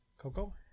Coco